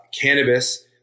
cannabis